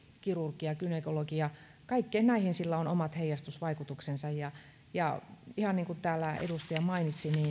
kirurgia gynekologia kaikkiin näihin sillä on omat heijastusvaikutuksensa ihan niin kuin täällä edustaja mainitsi on